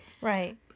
Right